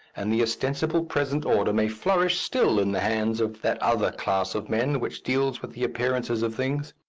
and the ostensible present order may flourish still in the hands of that other class of men which deals with the appearances of things.